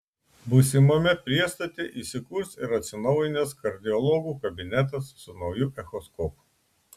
būsimame priestate įsikurs ir atsinaujinęs kardiologų kabinetas su nauju echoskopu